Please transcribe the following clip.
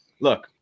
look